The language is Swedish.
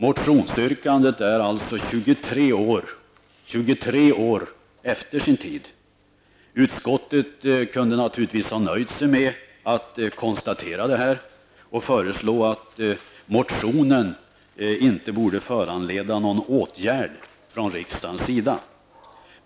Motionsyrkandet är alltså 23 år efter sin tid. Utskottet kunde naturligtvis ha nöjt sig med att konstatera detta och föreslå att motionen inte borde föranleda någon åtgärd från riksdagens sida.